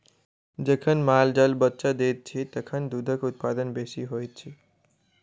जखन माल जाल बच्चा दैत छै, तखन दूधक उत्पादन बेसी होइत छै